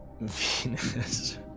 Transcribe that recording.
Venus